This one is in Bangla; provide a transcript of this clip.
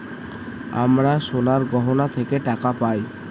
আমরা সোনার গহনা থেকে টাকা পায়